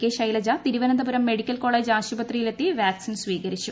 K Shailaja Thiruvananthapuram medical college ആശുപത്രിയിലെത്തി vaccine സ്വീകരിച്ചു